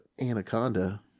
Anaconda